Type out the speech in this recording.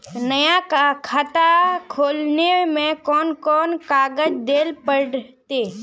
नया खाता खोले में कौन कौन कागज देल पड़ते?